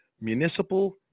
municipal